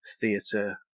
theatre